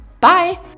Bye